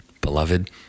Beloved